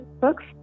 books